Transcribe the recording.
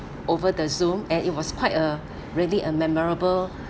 over the zoom and it was quite a really a memorable